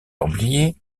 templiers